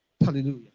hallelujah